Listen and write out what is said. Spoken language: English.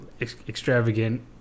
extravagant